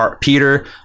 Peter